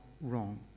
wrong